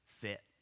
fit